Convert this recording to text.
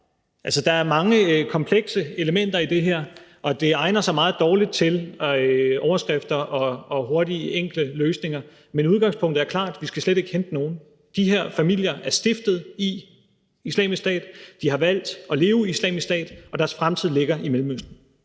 der er mange komplekse elementer i det her, og det egner sig meget dårligt til overskrifter og hurtige, enkle løsninger. Men udgangspunktet er klart: Vi skal slet ikke hente nogen. De her familier er stiftet i Islamisk Stat, de har valgt at leve i Islamisk Stat, og deres fremtid ligger i Mellemøsten.